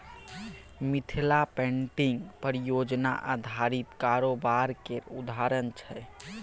Mithila painting परियोजना आधारित कारोबार केर उदाहरण छै